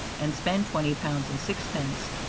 and spend twenty pounds and sixpence,